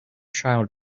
child